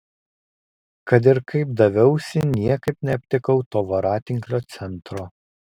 kad ir kaip daviausi niekaip neaptikau to voratinklio centro